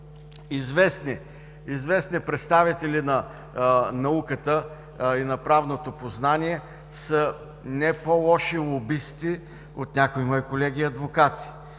известни представители на науката и на правното познание са не по-лоши лобисти от някои мои колеги адвокати